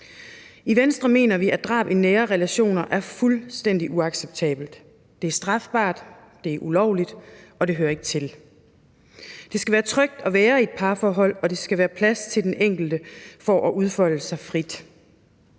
I Venstre mener vi, at drab i nære relationer er fuldstændig uacceptabelt. Det er strafbart, det er ulovligt, og det hører ikke til. Det skal være trygt at være i et parforhold, og der skal være plads til den enkelte til at udfolde sig frit.